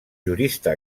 jurista